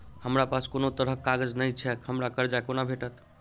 हमरा पास कोनो तरहक कागज नहि छैक हमरा कर्जा कोना भेटत?